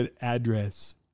address